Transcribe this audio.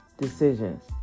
decisions